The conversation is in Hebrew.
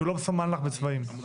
כי הוא לא מסומן לך בצבעים שרון.